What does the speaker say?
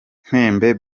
ntembe